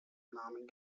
namen